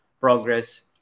progress